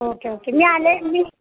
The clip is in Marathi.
ओके ओके मी आले मी